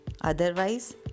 Otherwise